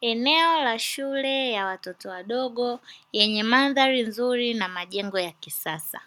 Eneo la shule ya watoto wadogo yenye mandhari nzuri na majengo ya kisasa